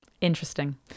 Interesting